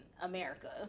america